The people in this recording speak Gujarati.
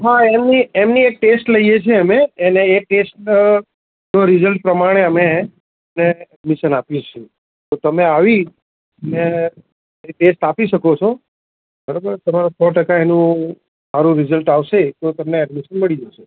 હા એમની એમની એક ટેસ્ટ લઈએ છીએ અમે એને એ ટેસ્ટ નું રિજલ્ટ પ્રમાણે અમે એને એડમિશન આપીએ છીએ તો તમે આવી ને તે ટેસ્ટ આપી શકો છો બરાબર તમારે સો ટકા એનું સારું રિજલ્ટ આવશે તો તમને એડ્મિશન મળી જશે